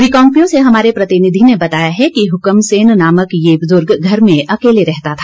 रिकांगपिओ से हमारे प्रतिनिधि ने बताया है कि हुकम सैन नामक ये बुजुर्ग घर में अकेले रहता था